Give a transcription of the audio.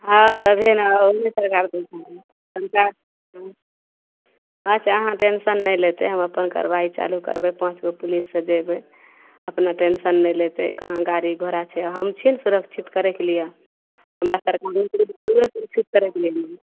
हाँ तभे ने ओहि सरकार अच्छा अहाँ टेंशन नहि लेतय हम अपन कार्रवाही चालू करबय पाँच गो पुलिससँ जेबय अपना टेंशन नहि लेतय कहाँ गाड़ी घोड़ा छै हम छी ने सुरक्षित करयके लिये हमरा सर सुरक्षित करयके लेल अयली